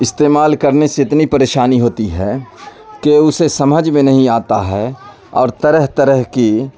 استعمال کرنے سے اتنی پریشانی ہوتی ہے کہ اسے سمجھ میں نہیں آتا ہے اور طرح طرح کی